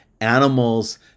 animals